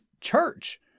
church